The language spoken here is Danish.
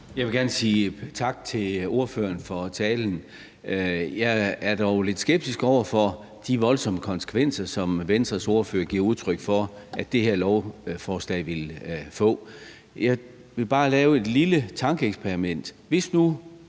Jeg vil gerne sige tak til ordføreren for talen. Jeg er dog lidt skeptisk over for de voldsomme konsekvenser, som Venstres ordfører giver udtryk for at det her lovforslag vil få. Jeg vil bare lave et lille tankeeksperiment.